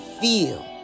feel